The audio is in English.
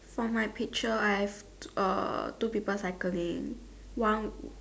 for my picture I have uh two people cycling one